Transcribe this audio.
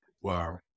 Wow